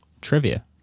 trivia